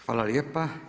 Hvala lijepa.